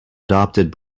adopted